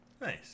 Nice